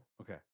Okay